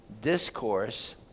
discourse